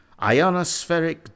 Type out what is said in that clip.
ionospheric